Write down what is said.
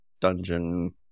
dungeon